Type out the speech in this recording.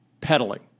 peddling